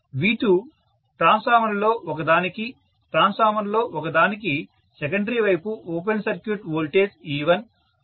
V2 ట్రాన్స్ఫార్మర్లలో ఒకదానికి ట్రాన్స్ఫార్మర్లలో ఒకదానికి సెకండరీ వైపు ఓపెన్ సర్క్యూట్ వోల్టేజ్ E1